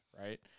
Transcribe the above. right